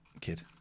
kid